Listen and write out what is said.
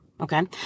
Okay